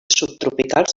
subtropicals